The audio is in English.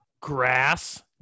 grass